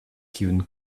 kiun